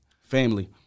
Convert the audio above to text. Family